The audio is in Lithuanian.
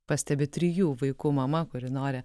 pastebi trijų vaikų mama kuri nori